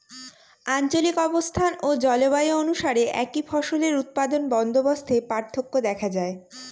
আঞ্চলিক অবস্থান ও জলবায়ু অনুসারে একই ফসলের উৎপাদন বন্দোবস্তে পার্থক্য দেখা যায়